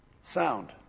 Sound